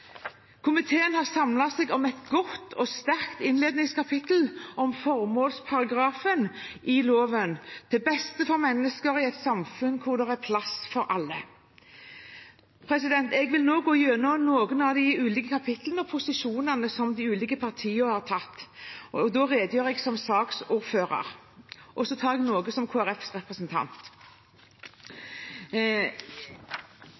Komiteen har samlet seg om et godt og sterkt innledningskapittel om formålsparagrafen i loven, til beste for mennesker i et samfunn hvor det er plass for alle. Jeg vil nå gå gjennom noen av de ulike kapitlene og posisjonene som de ulike partiene har tatt, og da redegjør jeg som saksordfører. Så tar jeg noe som Kristelig Folkepartis representant.